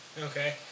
Okay